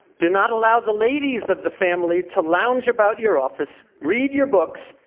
do not allow the ladies of the family to lounge about your office, read your books,